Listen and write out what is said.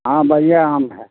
हँ बढ़िआँ आम हइ